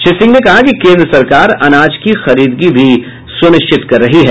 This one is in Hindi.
श्री सिंह ने कहा कि केंद्र सरकार अनाज की खरीदगी भी सुनिश्चित कर रही है